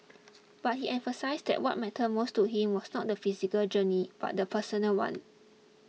but he emphasised that what mattered most to him was not the physical journey but the personal one